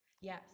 yes